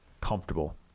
comfortable